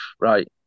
right